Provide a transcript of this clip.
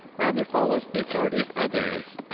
rather follows the authority of others,